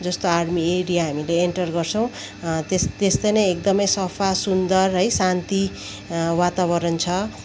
जस्तो army area हामीले enter गर्छौँ त्यस्तै नै एकदमै सफा सुन्दर है शान्ति वातावरण छ